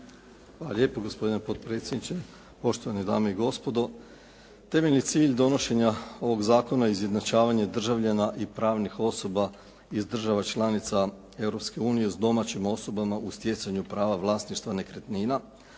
lijepo gospodine potpredsjedniče. Poštovane dame i gospodo, temeljni cilj donošenja ovog zakona je izjednačavanje državljana i pravnih osoba iz država članica Europske unije s domaćim osobama u stjecanju prava vlasništva nekretnina